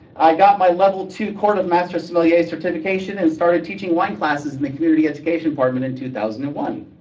i got my level two court of master sommeliers certification and started teaching wine classes in the community education department in two thousand and one.